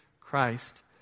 Christ